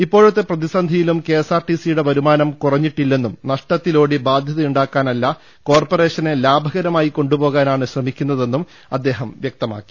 ഇപ്പോഴത്തെ പ്രതിസന്ധിയിലും K S R TC യുടെ വരുമാനം കുറ ഞ്ഞിട്ടില്ലെന്നും നഷ്ടത്തിലോടി ബാധൃതയുണ്ടാക്കാനല്ല കോർപ്പ റേഷനെ ലാഭകരമായി കൊണ്ടുപോകാനാണ് ശ്രമിക്കുന്നതെന്നും അദ്ദേഹം വ്യക്തമാക്കി